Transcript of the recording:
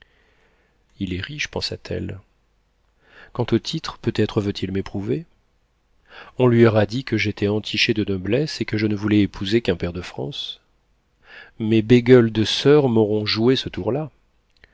il est riche pensa-t-elle quant aux titres peut-être veut-il m'éprouver on lui aura dit que j'étais entichée de noblesse et que je ne voulais épouser qu'un pair de france mes bégueules de soeurs m'auront joué ce tour là